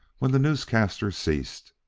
when the newscaster ceased.